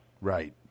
Right